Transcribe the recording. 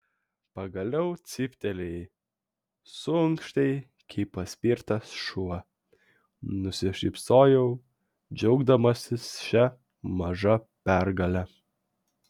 pagaliau cyptelėjai suunkštei kaip paspirtas šuo nusišypsojau džiaugdamasis šia maža pergale